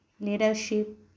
leadership